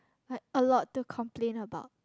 like a lot to complain about